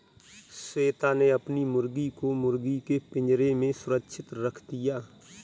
श्वेता ने अपनी मुर्गी को मुर्गी के पिंजरे में सुरक्षित रख दिया